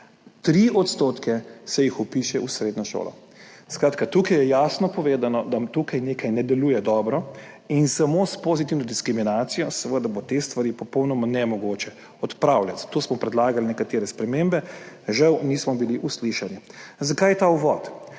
3 % se jih vpiše v srednjo šolo. Skratka, tukaj je jasno povedno, da nekaj ne deluje dobro in samo s pozitivno diskriminacijo bo te stvari popolnoma nemogoče odpravljati. Zato smo predlagali nekatere spremembe. Žal nismo bili uslišani. Zakaj ta uvod?